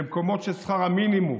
במקומות של שכר המינימום,